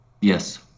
Yes